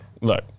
look